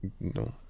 No